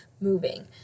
moving